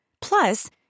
Plus